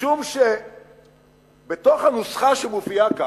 משום שבתוך הנוסחה שמופיעה כאן,